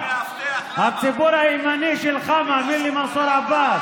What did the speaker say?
הציבור הימני שלך מאמין למנסור עבאס